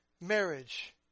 marriage